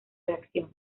reacción